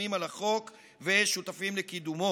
החתומים על החוק ושותפים לקידומו.